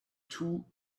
two